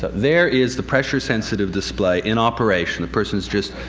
there is the pressure-sensitive display in operation. person's just,